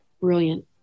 brilliant